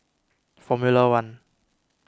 formula one